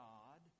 God